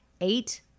eight